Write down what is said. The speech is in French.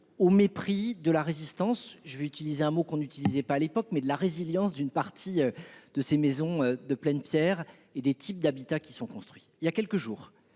au mépris de la résistance et- j'utilise un mot que l'on n'utilisait pas à l'époque -de la résilience d'une partie de ces maisons de pleine pierre et de ces types d'habitats construits. Il y a quelques jours,